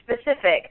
specific